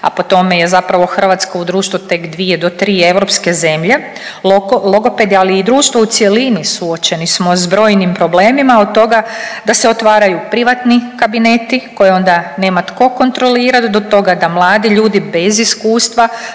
a po tome je zapravo hrvatsko društvo i tek 2 do 3 europske zemlje, logopedi, ali i društvo u cjelini suočeni smo s brojnim problemima od toga da se otvaraju privatni kabineti koje onda nema tko kontrolirat do toga da mladi ljudi bez iskustva